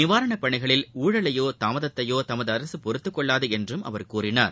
நிவாரண பணிகளில் ஊழலையோ தாமதத்தையோ தமது அரசு பொறுத்து கொள்ளாது என்றும் அவர் கூறினார்